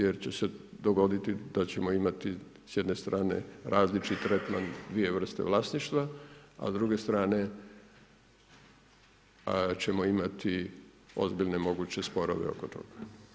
Jer će se dogoditi da ćemo imati s jedne strane različiti tretman, dvije vrste vlasništva, a s druge strane ćemo imati ozbiljne moguće sporove oko toga.